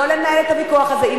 ולא לנהל את הוויכוח הזה.